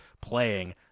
playing